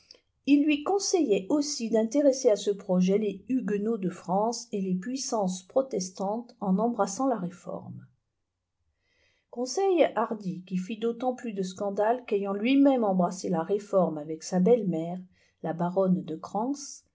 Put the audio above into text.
il lui conseillait aussi digitized by google d'intéresser à ce projet les huguenots de france et les puissances protestantes en embrassant la réforme conseil hardi qui fit d'autant plus de scandale qu'ayant lui-môme embrassé la réforme avec sa bolle mére la baronne de crans